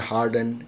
Harden